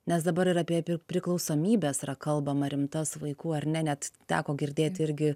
nes dabar ir apie priklausomybes kalbama rimtas vaikų ar ne net teko girdėt irgi